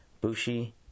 Bushi